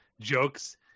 jokes